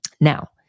Now